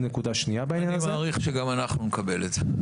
אני מעריך שגם אנחנו נקבל את זה.